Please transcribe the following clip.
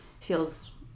feels